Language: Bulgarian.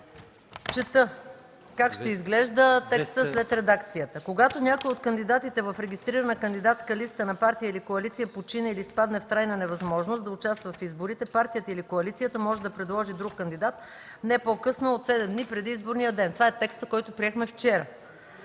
Чета как ще изглежда текстът след редакцията: „Когато някой от кандидатите в регистрирана кандидатска листа на партия или коалиция почине или изпадне в трайна невъзможност да участва в изборите, партията или коалицията може да предложи друг кандидат не по-късно от седем дни преди изборния ден”. Това е текстът, който приехме вчера.